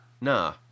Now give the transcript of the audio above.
Nah